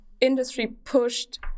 industry-pushed